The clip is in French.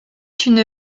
une